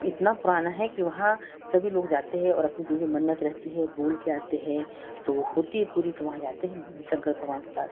इतना पुराना है कि वहाँ सभी लोग जाते हैं और अपनी जो भी मन्नत रहती है बोल कर आते हैं तो होती है पूरी तो वहाँ जाते हैं शंकर भगवान के पास